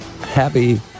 Happy